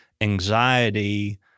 anxiety